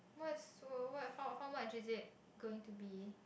what so what how how much is it going to be